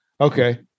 Okay